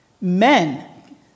men